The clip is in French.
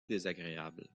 désagréable